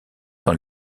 dans